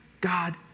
God